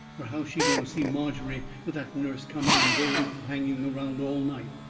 fur how's she going to see margery with that nurse coming and going and hanging around all night?